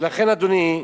ולכן, אדוני היושב-ראש,